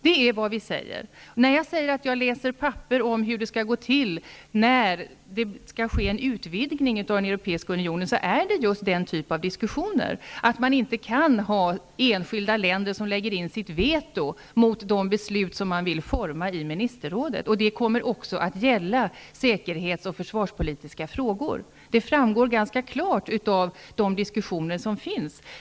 Det är vad vi säger. När jag säger att jag läser papper om hur det skall gå till när det skall ske en utvidgning av den europeiska unionen är det just den typen av diskussioner jag tänker på där man har sagt att man inte kan ha enskilda länder som lägger in sitt veto mot de beslut som man vill utforma i ministerrådet. Det kommer också att gälla säkerhets och försvarspolitiska frågor. Det framgår ganska klart av de diskussioner som förts.